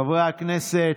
חברי הכנסת,